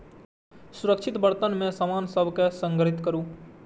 सुरक्षित बर्तन मे सामान सभ कें संग्रहीत करू